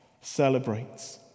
celebrates